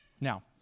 Now